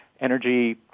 energy